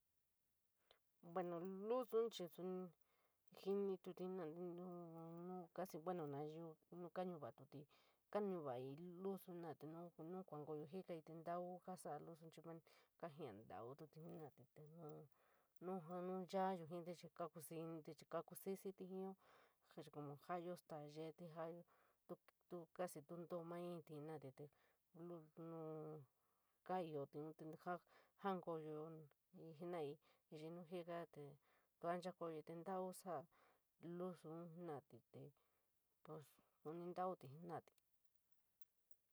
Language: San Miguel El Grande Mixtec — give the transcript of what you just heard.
Bueno pos luson chií sonií jiñiti jenorate nuu, nuu, coii bueno nayii nuu kaa nuuatute, kanuur luso jenorati te nuu kuu nkoyooti jikati te ñnuu koo sola luson chií mant kaja toòuti jenorati te yuu, te nuu, nuu sa nchayo jitte chií kakusitií jií soò chin como saayo staa kayee te joayo te koo nuu finií jenorati te nuu kotoate te ñjoo koo penii chií nuu jikaa te ñaa nchayoyin te ñnuu soò lusoon jenorati te pos sonií toufo jenorati.